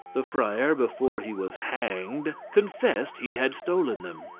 the friar before he was hanged confessed he had stolen them.